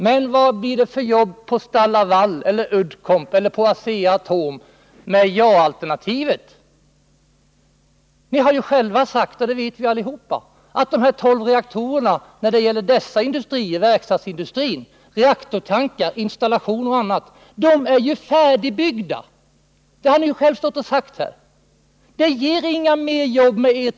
Vilka blir jobben på STAL-LAVAL, Uddcomb eller Asea Atom med ja-alternativet? Ni har ju själva sagt— det vet vi alla — att dessa tolv reaktorer med avseende på réaktortankar, installation och annat redan är färdigbyggda när det gäller verkstadsindustrin. Det har ni själva stått och sagt här.